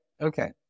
Okay